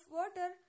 water